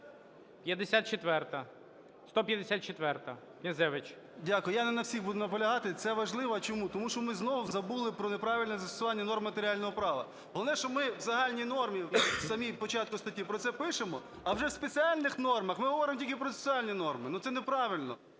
Р.П. Дякую. Я не на всіх буду наполягати. Це важлива. Чому? Тому що ми знову забули про неправильне застосування норм матеріального права. Головне, що ми в загальній нормі в самому початку статті про це пишемо, а вже в спеціальних нормах ми говоримо тільки процесуальні норми. Ну, це неправильно.